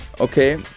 okay